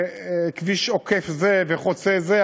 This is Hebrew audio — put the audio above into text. כביש עוקף זה וחוצה זה,